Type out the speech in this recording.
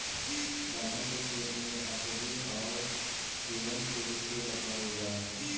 दलहन के खेत में अकरी औउर हिरणखूरी खेर पतवार उगऽ हई